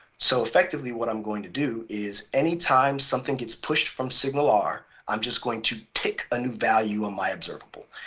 so effectively what i'm going to do is anytime something gets pushed from signal r, i'm just going to take a new value of my observable.